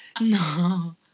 no